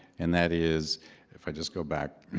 and that is if i just go back